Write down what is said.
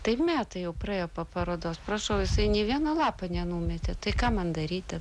taip metai jau praėjo po parodos prašau jisai nei vieną lapą nenumetė tai ką man daryti